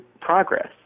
progress